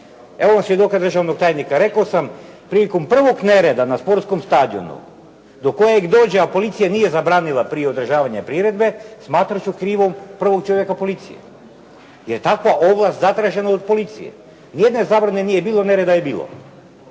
Evo svjedoka državnog tajnika. Rekao sam prilikom prvog nereda na sportskom stadionu do kojeg dođe a policija nije zabranila prije održavanje priredbe smatrat ću krivom prvog čovjeka policije jer je takva ovlast zatražena od policije. Nijedne zabrane nije bilo, nereda je bilo.